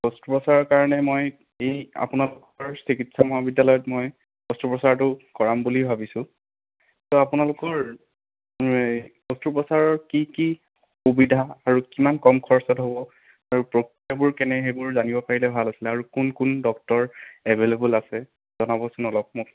অষ্ট্ৰোপচাৰৰ কাৰণে মই এই আপোনালোকৰ চিকিৎসা মহাবিদ্যালয়ত মই অষ্ট্ৰোপচাৰটো কৰাম বুলি ভাবিছোঁ ত' আপোনালোকৰ এই অষ্ট্ৰোপচাৰৰ কি কি সুবিধা আৰু কিমান কম খৰচত হ'ব আৰু প্ৰক্ৰিয়াবোৰ কেনে সেইবোৰ জানিব পাৰিলে ভাল আছিলে আৰু কোন কোন ডক্টৰ এভেলেইবল আছে জনাবচোন অলপ মোক